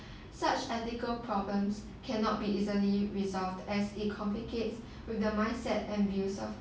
such ethical problems cannot be easily resolved as it complicates with the mindset and views of